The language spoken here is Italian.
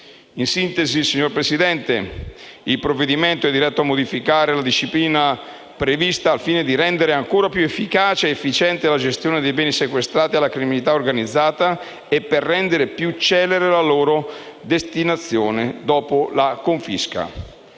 Presidente, il provvedimento è diretto a modificare la disciplina prevista al fine di rendere ancora più efficace ed efficiente la gestione dei beni sequestrati alla criminalità organizzata e per rendere più celere la loro destinazione dopo la confisca.